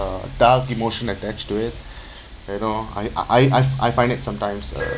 dark emotion attached to it you know I I I I I find it sometimes uh